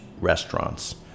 restaurants